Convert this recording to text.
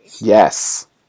Yes